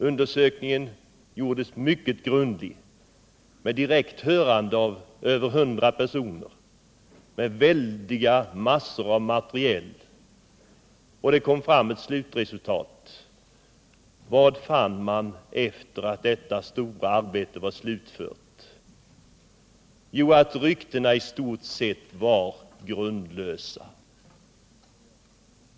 Undersökningen gjordes mycket 63 grundligt, med direkt hörande av över 100 personer, med väldiga massor av material, och det kom ett slutresultat. Vad fann man efter att detta stora arbete var slutfört? Jo, att ryktena i stort sett var grundlösa.